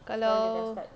kalau